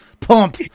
pump